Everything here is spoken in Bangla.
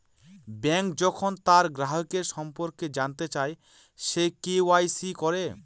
ব্যাঙ্ক যখন তার গ্রাহকের সম্পর্কে জানতে চায়, সে কে.ওয়া.ইসি করে